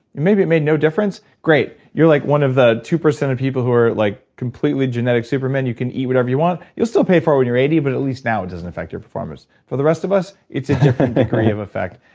maybe it made no difference. great you're like one of the two percent of people who are like completely genetic supermen. you can eat whatever you want. you'll still pay for it when you're eighty, but at least now it doesn't affect your performance. for the rest of us, it's a different degree of effect.